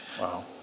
Wow